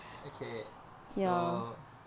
okay so